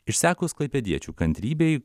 išsekus klaipėdiečių kantrybei